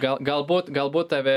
gal galbūt galbūt tave